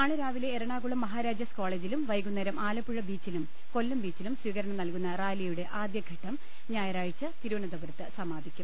നാളെ രാവിലെ എറണാകുളം മഹാരാജാസ്ക് കോളേജിലും വൈകുന്നേരം ആലപ്പുഴ ബീച്ചിലും കൊല്ലം ബീച്ചിലും സ്വീകരണം നൽകുന്ന റാലിയുടെ ആദ്യഘട്ടം തിരുവനന്തപുരത്ത് സമാപിക്കും